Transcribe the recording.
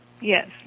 Yes